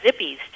Zippies